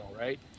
right